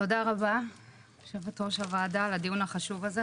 תודה רבה יו"ר הוועדה על הדיון החשוב הזה,